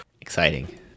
Exciting